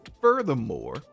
Furthermore